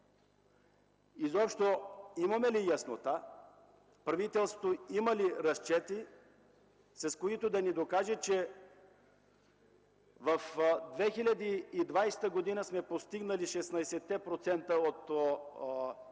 Изобщо, имаме ли яснота, правителството има ли разчети, с които да ни докаже, че в 2020 г. ще сме постигнали 16-те процента